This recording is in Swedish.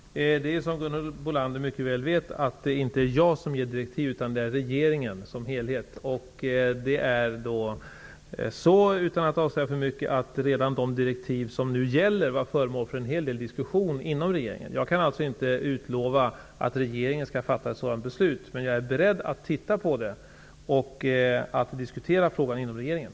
Herr talman! Som Gunhild Bolander mycket väl vet är det inte jag som ger direktiv. Det är regeringen som helhet som gör det. Utan att avslöja för mycket vill jag säga att redan de direktiv som nu gäller var föremål för en hel del diskussioner inom regeringen. Jag kan inte utlova att regeringen skall fatta ett sådant beslut, men jag är beredd att titta på det och diskutera frågan inom regeringen.